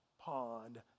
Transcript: pond